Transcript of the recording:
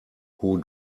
who